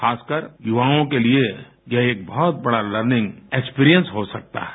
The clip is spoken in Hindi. खासकर युवाओं के लिए यह एक बहुत बड़ा लर्निंग एक्सपिरियंस हो सकता है